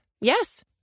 Yes